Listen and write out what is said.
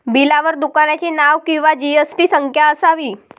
बिलावर दुकानाचे नाव किंवा जी.एस.टी संख्या असावी